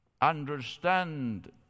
understand